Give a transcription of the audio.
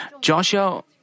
Joshua